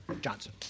Johnson